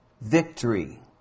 victory